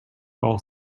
all